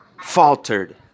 faltered